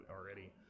already